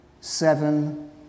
seven